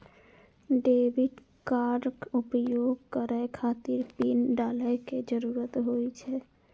debit कार्डक उपयोग करै खातिर पिन डालै के जरूरत होइ छै